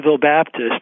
Baptist